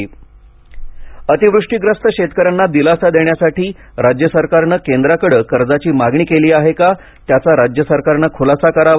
आंबेडकर अतिवृष्टीप्रस्त शेतकऱ्यांना दिलासा देण्यासाठी महाराष्ट्र सरकारनं केंद्राकडे कर्जाची मागणी केली आहे का त्याचा राज्य सरकारनं खुलासा करावा